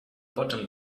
bottom